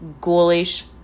ghoulish